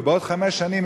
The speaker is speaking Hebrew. ובעוד חמש שנים,